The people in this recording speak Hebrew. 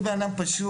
אני בן אדם פשוט.